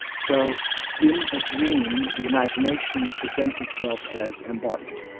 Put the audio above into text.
so in a dream the imagination presents itself as embodied.